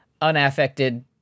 unaffected